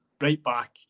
right-back